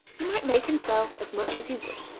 he might make and sell as much as he would.